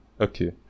Okay